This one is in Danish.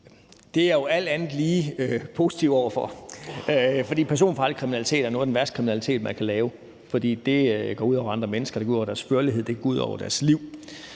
Det er jeg jo alt andet lige positiv over for, for personfarlig kriminalitet er noget af den værste kriminalitet, man kan lave; det går ud over andre mennesker, det går ud over deres førlighed, det kan gå ud over deres liv.